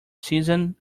seasoned